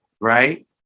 right